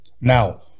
now